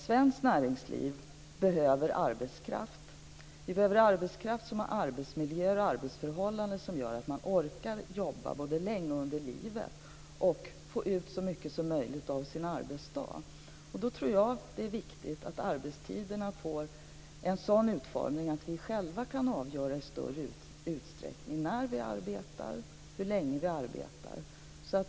Svenskt näringsliv behöver arbetskraft och det behövs arbetsmiljö och arbetsförhållanden som gör att man orkar jobba både längre under livet och så att man får ut så mycket som möjligt av sin arbetsdag. Då är det viktigt att arbetstiderna får en sådan utformning att man i större utsträckning själv kan avgöra när man ska arbeta och hur länge man ska arbeta.